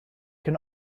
can